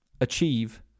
achieve